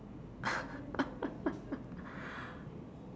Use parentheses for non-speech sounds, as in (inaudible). (laughs)